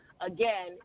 again